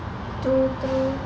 true true